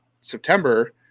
September